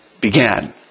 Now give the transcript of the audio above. began